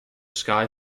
sky